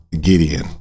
Gideon